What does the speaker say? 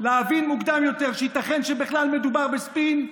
להבין מוקדם יותר שייתכן שבכלל מדובר בספין,